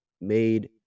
made